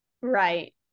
Right